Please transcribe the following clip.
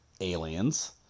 aliens